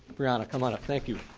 brianna, come on up. thank you.